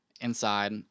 inside